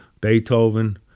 beethoven